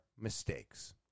mistakes